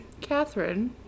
Catherine